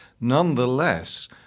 nonetheless